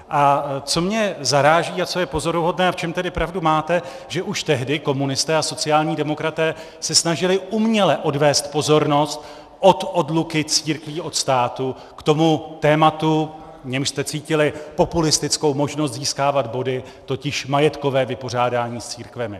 A co mě zaráží a co je pozoruhodné a v čem tedy pravdu máte, že už tehdy komunisté a sociální demokraté se snažili uměle odvést pozornost od odluky církví od státu k tomu tématu, v němž jste cítili populistickou možnost získávat body, totiž majetkové vypořádání s církvemi.